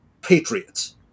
patriots